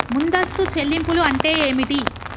ముందస్తు చెల్లింపులు అంటే ఏమిటి?